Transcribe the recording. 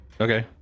Okay